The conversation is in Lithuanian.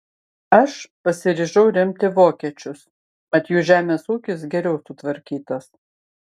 aš pasiryžau remti vokiečius mat jų žemės ūkis geriau sutvarkytas